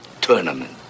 tournament